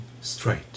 straight